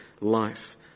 life